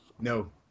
No